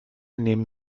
nehmen